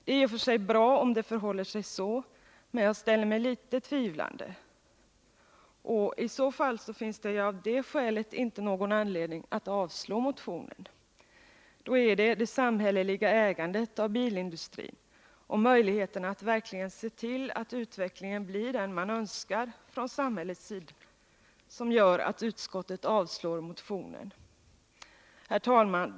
Det är i och för sig bra om det förhåller sig så, men jag ställer mig litet tvivlande. Men i så fall finns det ju av det skälet inte någon anledning att avslå motionen. Då är det det samhälleliga ägar det av bilindustrin och möjligheterna att verkligen se till att utvecklingen blir den man önskar från samhällets sida, som gör att utskottet avslår motionen. Herr talman!